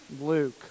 Luke